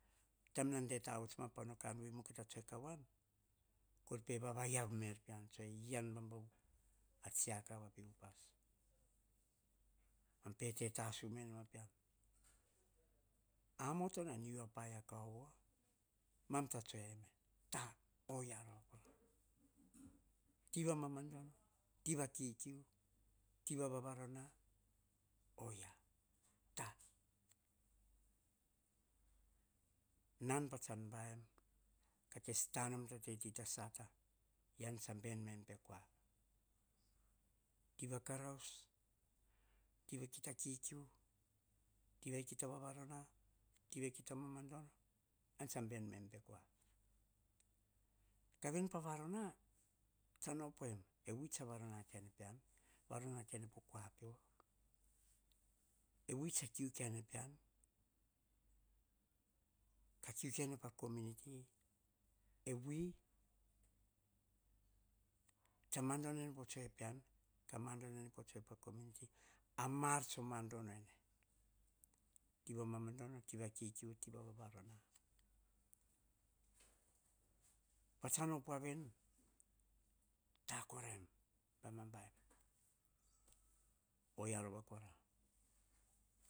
Taim nan de tavuts, pono kan vui kita ta tsoe kavoa, kor pe, vavaiav pean aw. Ean roya kora a tsiaka vape upas. Nama pe te tasu meno mma pean. Amoto, tsan u a paia kaovo. Emam tsa tsoe eme ta. Oyia roya kora. Ti va mamadono, ti va kikiu, ti va vavarona, oyia ta, nan tsan baim ka kes tanom, tati vasata ean tsa ben me em pe kua. Kan yepa varona tsan opoem e vui tsa varona, varona kai ene pokua pio, e vui tsa kiu ka ene pean, ka kiu kai ene pa komiuniti, e e yiu tsa madono ene po tsoe pean ka madono ene pa komiuniti, ti va vararona tsan op voa veni, ta koraim, baim a baim, o yaro va kora